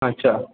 अच्छा